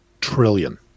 trillion